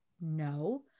no